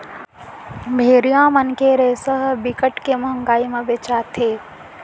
भेड़िया मन के रेसा ह बिकट के मंहगी म बेचाथे